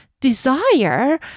desire